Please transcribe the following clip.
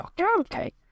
okay